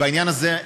ובעניין הזה,